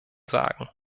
sagen